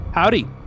Howdy